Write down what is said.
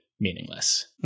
meaningless